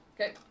Okay